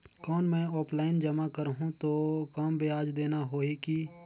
कौन मैं ऑफलाइन जमा करहूं तो कम ब्याज देना होही की?